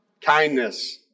Kindness